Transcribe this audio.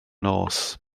nos